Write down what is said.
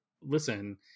Listen